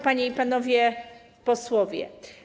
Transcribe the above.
Panie i Panowie Posłowie!